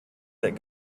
that